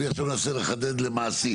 אני מנסה לחדד למעשי.